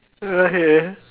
okay